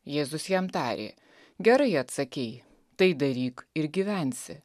jėzus jam tarė gerai atsakei tai daryk ir gyvensi